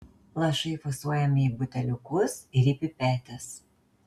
lašai fasuojami į buteliukus ir į pipetes